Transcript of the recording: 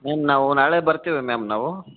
ma'am ನಾವು ನಾಳೆ ಬರ್ತೀವಿ ಮ್ಯಾಮ್ ನಾವು